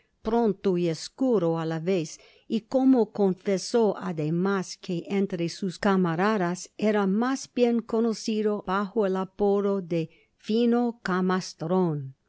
pronto y obscuro á la vez y como confesó además que entre sus cantaradas era mas bien conocido bajo el apodo de fino